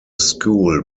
school